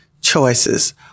choices